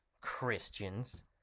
Christians